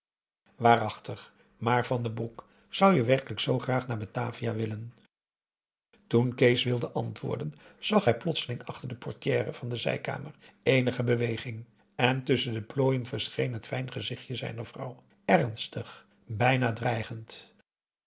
waarachtig maar van den broek zou je werkelijk zoo graag naar batavia willen toen kees wilde antwoorden zag hij plotseling achter de portière van de zijkamer eenige beweging en tusschen de plooien verscheen het fijne gezichtje zijner vrouw ernstig bijna dreigend